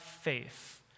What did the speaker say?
faith